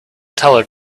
teller